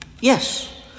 Yes